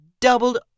doubled